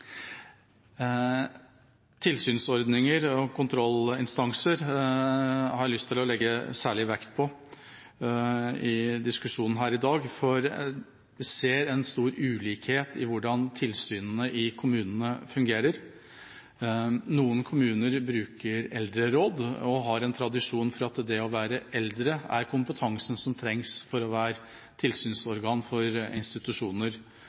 Tilsynsordninger og kontrollinstanser har jeg lyst til å legge særlig vekt på i debatten her i dag, for vi ser at det er stor ulikhet i hvordan tilsynet i kommunene fungerer. Noen kommuner bruker eldreråd og har tradisjon for at det å være eldre er den kompetansen som trengs for å være tilsynsorgan for institusjoner